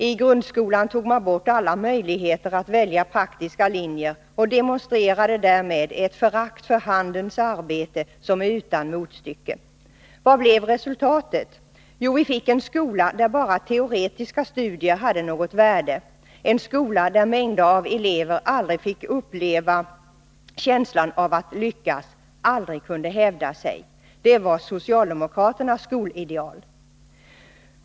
I grundskolan tog man bort alla möjligheter att välja praktiska linjer och demonstrerade därmed ett förakt för handens arbete som är utan motstycke. Vad blev resultatet? Jo, vi fick en skola där bara teoretiska studier hade något värde, en skola där mängder av elever aldrig fick uppleva känslan av att lyckas, aldrig kunde hävda sig. Det var socialdemokraternas skolideal.